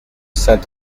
saint